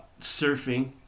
surfing